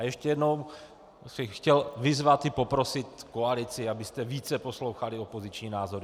A ještě jednou bych chtěl vyzvat i poprosit koalici, abyste více poslouchali opoziční názory.